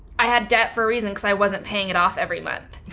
i had debt for a reason cause i wasn't paying it off every month.